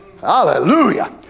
Hallelujah